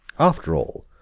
after all,